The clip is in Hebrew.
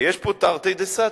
כי יש פה תרתי דסתרי.